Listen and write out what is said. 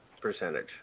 percentage